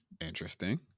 Interesting